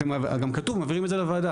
גם כתוב, מעבירים את זה לוועדה.